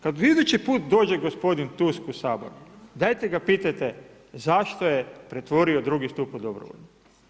Kada idući put, dođe gospodin Tusk u Sabor, dajte ga pitajte zašto je pretvorio drugi stup u dobrovolji.